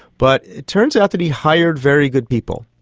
but it turns out that he hired very good people,